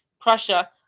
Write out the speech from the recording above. Prussia